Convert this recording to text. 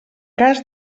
cas